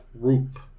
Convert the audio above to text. group